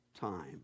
time